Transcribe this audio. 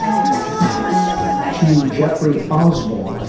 um to jeffrey osborne.